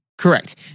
correct